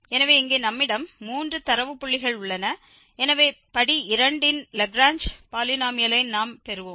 எனவே இங்கே நம்மிடம் மூன்று தரவு புள்ளிகள் உள்ளன எனவே படி 2 இன் லாக்ரேஞ்ச் பாலினோமியலை நாம் பெறுவோம்